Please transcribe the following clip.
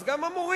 אז גם המורים,